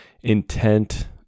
intent